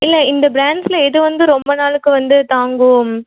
இல்லை இந்த பிராண்ட்ஸ்ஸில் எது வந்து ரொம்ப நாளுக்கு வந்து தாங்கும்